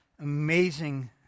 amazing